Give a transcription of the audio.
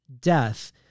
death